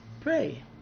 pray